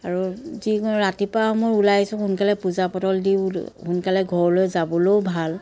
আৰু যি মই ৰাতিপুৱা মই ওলাই আহিছোঁ সোনকালে পূজা পতাল দিওঁ বুলি সোনকালে ঘৰলৈ যাবলৈও ভাল